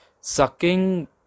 sucking